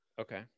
Okay